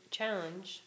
challenge